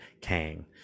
Kang